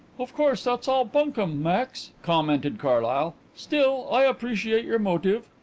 of course that's all bunkum, max, commented carlyle. still, i appreciate your motive.